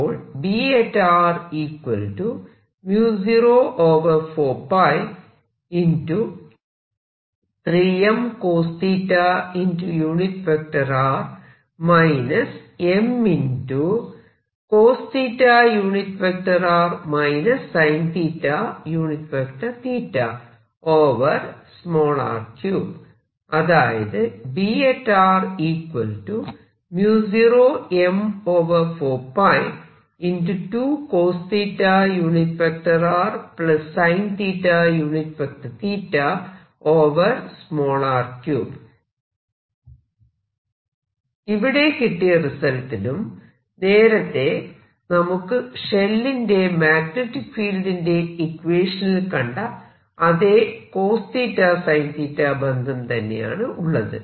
അപ്പോൾ അതായത് ഇവിടെ കിട്ടിയ റിസൾറ്റിലും നേരത്തെ നമുക്ക് ഷെല്ലിന്റെ മാഗ്നെറ്റിക് ഫീൽഡിന്റെ ഇക്വേഷനിൽ കണ്ട അതെ cosθ sinθ ബന്ധം തന്നെയാണ് ഉള്ളത്